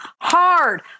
hard